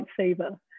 lightsaber